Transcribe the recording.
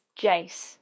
Jace